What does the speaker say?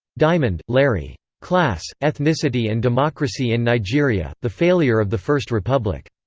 diamond, larry. class, ethnicity and democracy in nigeria the failure of the first republic.